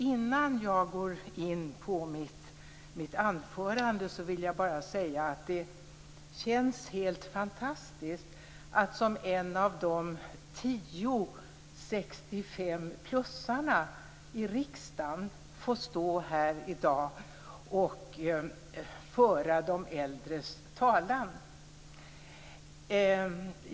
Innan jag går in på mitt anförande vill jag bara säga att det känns helt fantastiskt att som en av de tio 65-plussarna i riksdagen få stå här i dag och föra de äldres talan.